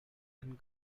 and